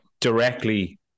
directly